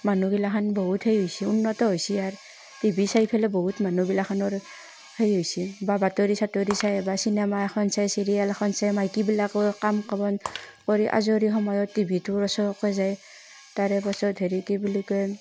মানুহগিলাখান বহুত সেই হৈছে উন্নত হৈছে আৰ টিভি চাই পেলাই বহুত মানুহ গিলাখানৰ সেই হৈছে বা বাতৰি চাতৰি চাই বা চিনেমা এখন চাই চিৰিয়েল এখন চায় মাইকীবিলাকেও কাম বন কৰি আজৰি সময়ত টিভিটোৰ ওচৰকে যায় তাৰে পাছত হেৰি কি বুলি কয়